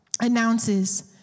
announces